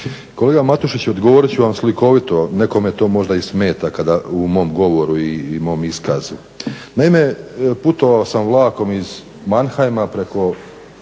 Kolega Matušić odgovorit ću vam slikovito, nekome to možda i smeta u mom govoru i mom iskazu. Naime, putovao sam vlakom iz Mannheima preko